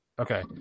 Okay